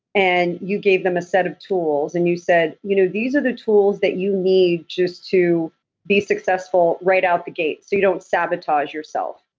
and you gave them a set of tools and you said, you know these are the tools that you need just to be successful right out the gate, so you don't sabotage yourself,